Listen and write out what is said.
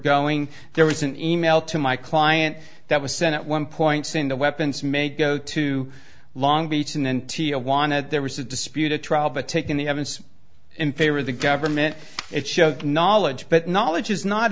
going there was an e mail to my client that was sent out one point saying the weapons may go to long beach and then t awana there was a dispute a trial but taking the evidence in favor of the government it showed knowledge but knowledge is not